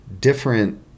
different